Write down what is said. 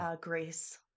grace